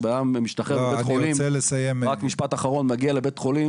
כשבן אדם יוצא מבית חולים,